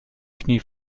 knie